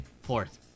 fourth